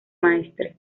maestre